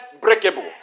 breakable